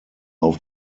auf